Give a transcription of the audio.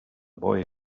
boy